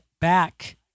back